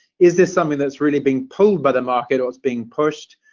is there something that's really being pulled by the market or it's being pushed.